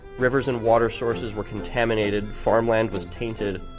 rivers and water sources were contaminated, farmland was tainted,